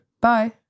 Bye